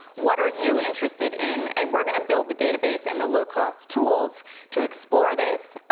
what are you interested in, and we're gonna build the database and the low-cost tools to explore this.